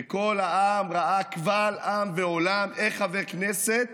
וכל העם ראה קבל עם ועולם איך חבר כנסת